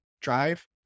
drive